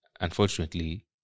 unfortunately